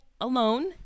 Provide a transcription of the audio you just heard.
alone